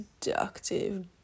seductive